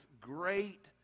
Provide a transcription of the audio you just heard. great